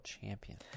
champion